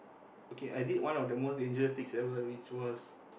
okay I did one of the most dangerous things ever which was